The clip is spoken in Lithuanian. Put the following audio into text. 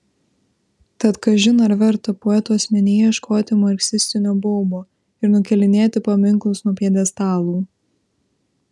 tad kažin ar verta poeto asmenyje ieškoti marksistinio baubo ir nukėlinėti paminklus nuo pjedestalų